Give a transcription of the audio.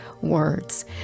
words